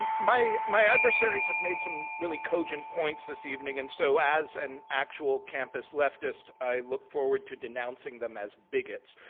and my my adversaries have made some really cogent points this evening, and so as an actual campus leftist, i look forward to denouncing them as bigots.